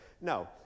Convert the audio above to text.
no